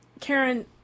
Karen